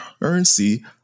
currency